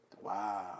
Wow